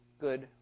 good